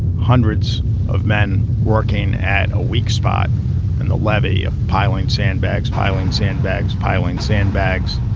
hundreds of men working at a weak spot in the levee, ah piling sandbags, piling sandbags, piling sandbags.